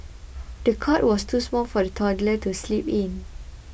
the cot was too small for the toddler to sleep in